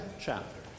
chapter